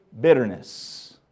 bitterness